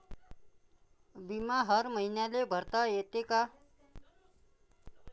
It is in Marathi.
बिमा हर मईन्याले भरता येते का?